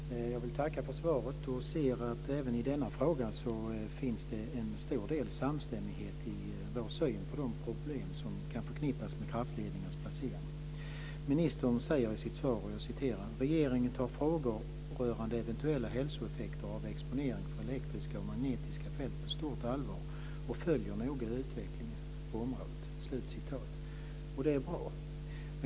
Fru talman! Jag vill tacka för svaret. Även i denna fråga finns en stor del samstämmighet i vår syn på de problem som kan förknippas med placeringen av kraftledningar. Ministern säger i sitt svar: "Regeringen tar frågor rörande eventuella hälsoeffekter av exponering för elektriska och magnetiska fält på stort allvar och följer noga utvecklingen på området." Det är bra.